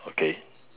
okay